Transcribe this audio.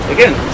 Again